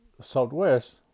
Southwest